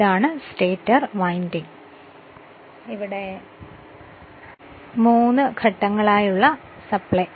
ഇതാണ് stator winding ഇതാണ് മൂന്നു ഘട്ടങ്ങൾ ആയുള്ള സപ്ലൈ